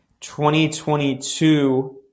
2022